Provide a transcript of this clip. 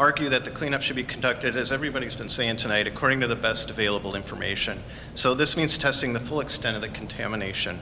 argue that the cleanup should be conducted as everybody has been saying tonight according to the best available information so this means testing the full extent of the contamination